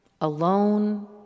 alone